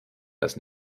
das